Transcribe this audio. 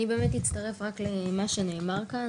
אני באמת אצטרף רק למה שנאמר כאן,